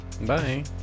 Bye